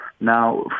Now